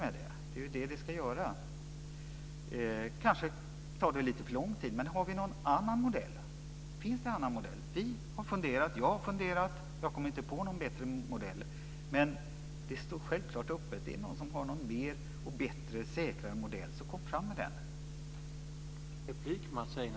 Det är precis det som det ska göra. Kanske tar det lite för lång tid. Men har vi någon annan modell? Finns det en annan modell? Vi har funderat, jag har funderat. Jag kommer inte på någon bättre modell. Men det står självklart öppet. Är det någon som har en bättre och säkrare modell så kom fram med den!